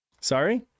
sorry